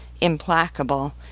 implacable